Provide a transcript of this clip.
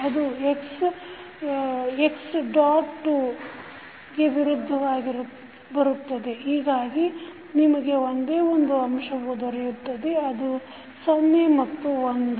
ಅದು x2 ಗೆ ವಿರುದ್ಧವಾಗಿ ಬರುತ್ತದೆ ಹೀಗಾಗಿ ನಿಮಗೆ ಒಂದೇ ಒಂದು ಅಂಶವು ದೊರೆಯುತ್ತದೆ ಅದು 0 ಮತ್ತು 1